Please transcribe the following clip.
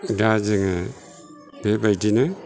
दा जोङो बेबादिनो